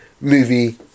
movie